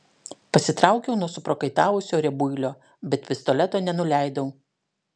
pasitraukiau nuo suprakaitavusio riebuilio bet pistoleto nenuleidau